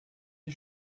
sie